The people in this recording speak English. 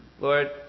Lord